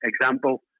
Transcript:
Example